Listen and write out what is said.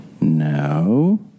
No